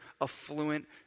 Affluent